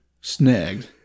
snagged